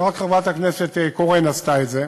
ורק חברת הכנסת קורן עשתה את זה,